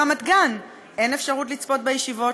ברמת-גן אין אפשרות לצפות בישיבות,